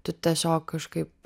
tu tiesiog kažkaip